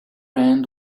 end